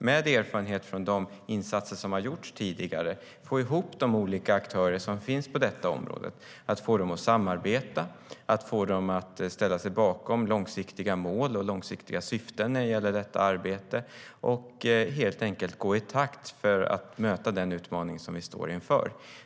Med erfarenhet av de insatser som har gjorts tidigare måste vi försöka få ihop de olika aktörer som finns på området, få dem att samarbeta, få dem att ställa sig bakom långsiktiga mål och långsiktiga syften när det gäller detta arbete och helt enkelt gå i takt för att möta den utmaning som vi står inför.